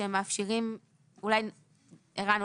ערן,